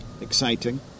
exciting